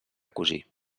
cosir